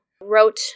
wrote